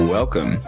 Welcome